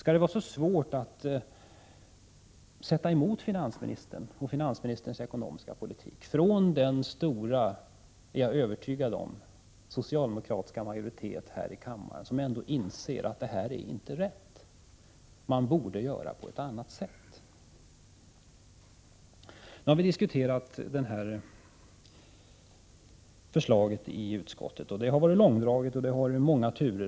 Skall det vara så svårt att sätta emot finansministern och hans ekonomiska politik, för den stora — jag är övertygad om att den är stor — socialdemokratiska majoritet här i kammaren som inser att detta inte är rätt och att det borde göras på ett annat sätt? Vi har diskuterat detta förslag i utskottet, och det har varit långdragna diskussioner och många turer.